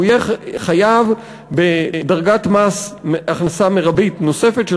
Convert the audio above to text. הוא יהיה חייב בדרגת מס הכנסה מרבית נוספת של